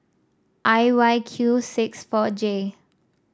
I Y Q six four J